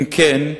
אם כן,